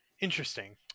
Interesting